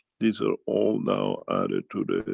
these are all now added to the,